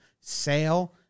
Sale